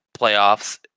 playoffs